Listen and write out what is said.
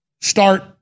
start